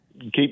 keep